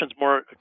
more